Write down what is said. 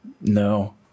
no